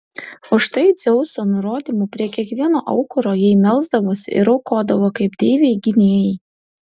už tai dzeuso nurodymu prie kiekvieno aukuro jai melsdavosi ir aukodavo kaip deivei gynėjai